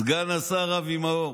סגן השר אבי מעוז,